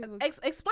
explain